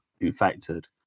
infected